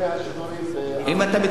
אם אתה מתכוון לאוכלוסייה הערבית,